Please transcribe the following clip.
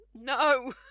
No